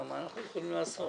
מה אנחנו יכולים לעשות?